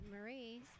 Marie